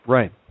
Right